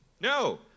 No